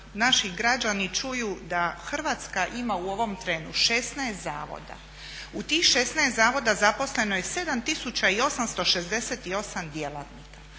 naši građani čuju da Hrvatska ima u ovom trenu 16 zavoda. U tih 16 zavoda zaposleno je 7868 djelatnika.